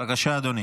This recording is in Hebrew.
בבקשה, אדוני.